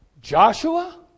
Joshua